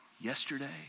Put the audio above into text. Yesterday